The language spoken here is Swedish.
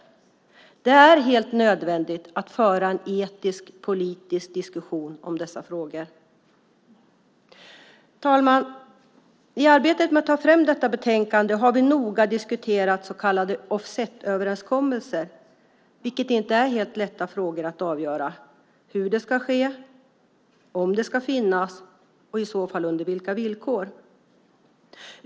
Det är helt nödvändigt att föra en etisk-politisk diskussion om dessa frågor. Herr talman! I arbetet med att ta fram detta utlåtande har vi noga diskuterat så kallade offsetöverenskommelser, vilket inte är helt lätta frågor att avgöra. Hur ska det ske? Ska de finnas och i så fall under vilka villkor?